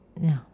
ya